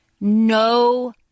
no